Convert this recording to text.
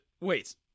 Wait